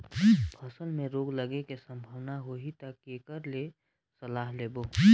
फसल मे रोग लगे के संभावना होही ता के कर ले सलाह लेबो?